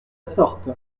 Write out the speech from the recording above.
sorte